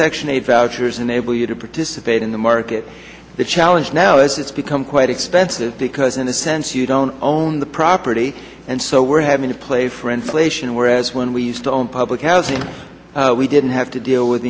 section eight vouchers enable you to participate in the market the challenge now is it's become quite expensive because in a sense you don't own the property and so we're having to play for inflation whereas when we used to own public housing we didn't have to deal with